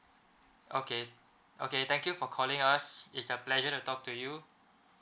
okay okay thank you for calling us it's a pleasure to talk to you